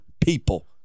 people